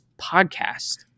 podcast